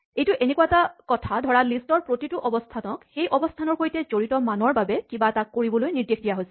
এইটো এনেকুৱা এটা কথা ধৰা লিষ্টৰ প্ৰতিটো অৱস্হানক সেই অৱস্হানৰ সৈতে জড়িত মানৰ বাবে কিবা কৰিবলৈ নিৰ্দেশ দিয়া হৈছে